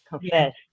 confess